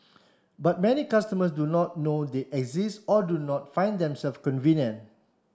but many customers do not know they exist or do not find them self convenient